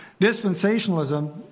dispensationalism